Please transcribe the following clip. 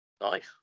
Nice